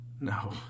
No